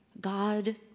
God